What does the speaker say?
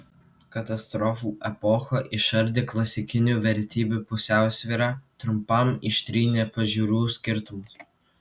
katastrofų epocha išardė klasikinių vertybių pusiausvyrą trumpam ištrynė pažiūrų skirtumus